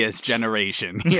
generation